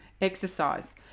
exercise